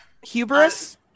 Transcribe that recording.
hubris